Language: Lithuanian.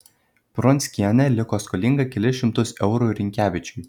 pronckienė liko skolinga kelis šimtus eurų rynkevičiui